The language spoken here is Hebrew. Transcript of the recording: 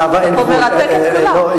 אתה מרתק פה את כולם.